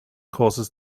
causes